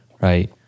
right